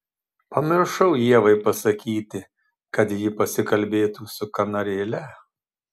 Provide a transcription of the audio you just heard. pamiršau ievai pasakyti kad ji pasikalbėtų su kanarėle